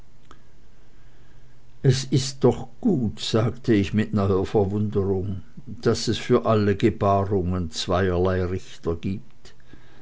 es ist doch gut sagte ich mit neuer verwunderung daß es für alle gebarungen zweierlei richter gibt